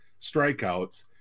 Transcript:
strikeouts